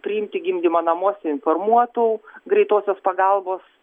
priimti gimdymą namuose informuotų greitosios pagalbos